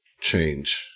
change